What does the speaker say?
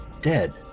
dead